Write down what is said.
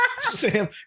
Sam